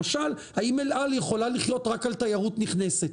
האם אל על יכולה לחיות רק על תיירות נכנסת?